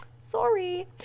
Sorry